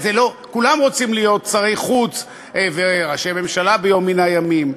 כולם רוצים להיות שרי חוץ וראשי ממשלה ביום מן הימים.